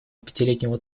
пятилетнего